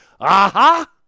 aha